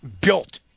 built